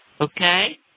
okay